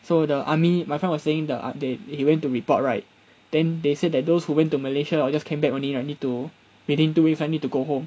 so the army my friend was saying ah they he went to report right then they said that those who went to malaysia or just came back only right need to within two weeks right need to go home